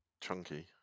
chunky